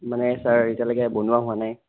মানে চাৰ এতিয়ালৈকে বনোৱা হোৱা নাই